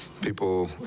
people